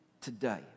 today